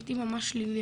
הייתי ממש שלילי,